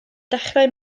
dechrau